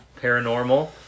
paranormal